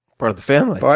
part of the family.